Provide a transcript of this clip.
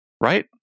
Right